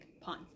pawn